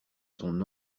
son